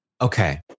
okay